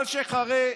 אלשיך הרי,